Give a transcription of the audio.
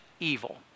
evil